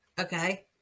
okay